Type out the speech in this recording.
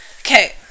Okay